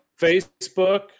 Facebook